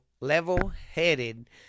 level-headed